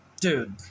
dude